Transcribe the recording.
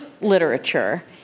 literature